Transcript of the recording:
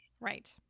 Right